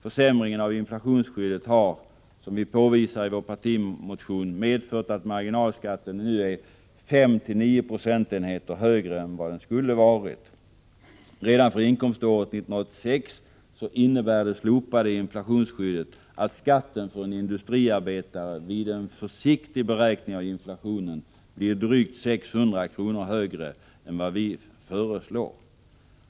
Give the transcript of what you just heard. Försämringen av inflationsskyddet har, som vi påvisar i vår partimotion, medfört att marginalskatten nu är 5-9 procentenheter högre än vad den skulle ha varit. Redan för inkomståret 1986 innebär det slopade inflationsskyddet att skatten för en industriarbetare vid en försiktig beräkning av inflationen blir drygt 600 kr. högre än vad vi föreslår.